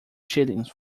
shillings